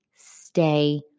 stay